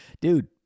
dude